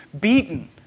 beaten